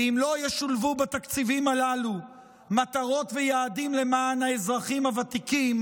ואם לא ישולבו בתקציבים הללו מטרות ויעדים למען האזרחים הוותיקים,